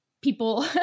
people